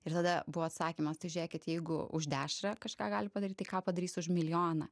ir tada buvo atsakymas tai žiūrėkit jeigu už dešrą kažką gali padaryt tai ką padarys už milijoną